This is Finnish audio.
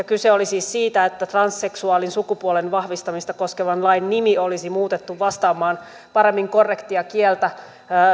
kyse oli siis siitä että transseksuaalin sukupuolen vahvistamista koskevan lain nimi olisi muutettu vastaamaan paremmin korrektia kieltä